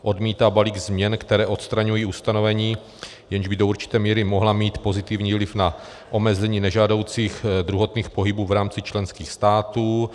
odmítá balík změn, které odstraňují ustanovení, jež by do určité míry mohla mít pozitivní vliv na omezení nežádoucích druhotných pohybů v rámci členských států;